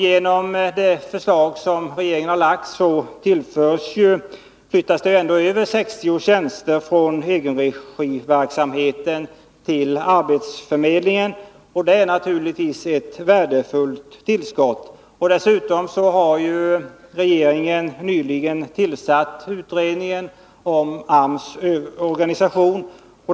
Genom det förslag som regeringen har lagt flyttas det över 60 tjänster från egenregiverksamheten till arbetsförmedlingen, och det är naturligtvis ett värdefullt tillskott. Vidare har regeringen nyligen tillsatt utredningen om arbetsmarknadsstyrelsens organisation.